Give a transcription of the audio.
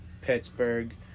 Pittsburgh